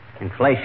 Inflation